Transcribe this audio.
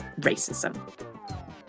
racism